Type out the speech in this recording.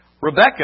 Rebecca